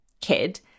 kid